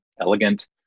elegant